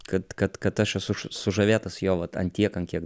kad kad kad aš ešu sužavėtas jo vat ant tiek an kiek